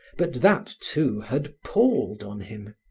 but that, too, had palled on him.